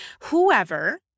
whoever